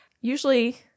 Usually